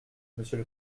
monsieur